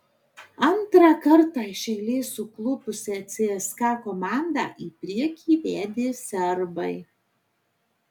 antrą kartą iš eilės suklupusią cska komandą į priekį vedė serbai